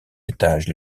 étages